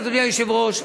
אדוני היושב-ראש,